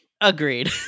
Agreed